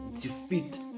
defeat